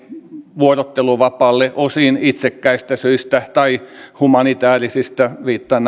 vuorotteluvapaalle osin itsekkäistä syistä tai humanitaarisista syistä viittaan